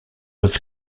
was